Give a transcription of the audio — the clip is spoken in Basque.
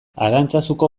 arantzazuko